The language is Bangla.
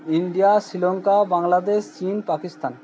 ইন্ডিয়া শ্রীলঙ্কা বাংলাদেশ চীন পাকিস্তান